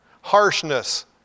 harshness